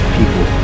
people